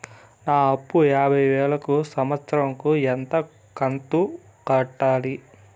నా అప్పు యాభై వేలు కు సంవత్సరం కు ఎంత కంతు కట్టాలి?